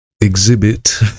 exhibit